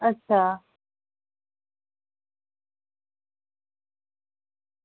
अच्छा